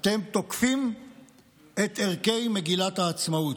אתם תוקפים את ערכי מגילת העצמאות.